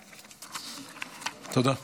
תודה.